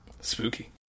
Spooky